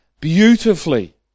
Beautifully